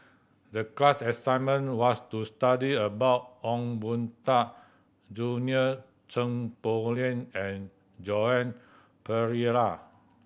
the class assignment was to study about Ong Boon Tat Junie Sng Poh Leng and Joan Pereira